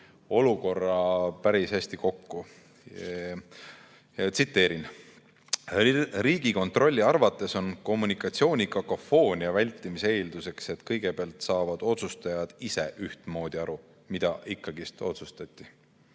olukorra päris hästi kokku. Tsiteerin: "Riigikontrolli arvates on kommunikatsioonikakofoonia vältimise eelduseks, et kõigepealt saavad otsustajad ise ühtmoodi aru, mida ikkagi otsustati.